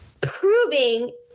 proving